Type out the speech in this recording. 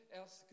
else